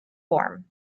form